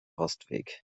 postweg